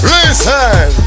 Listen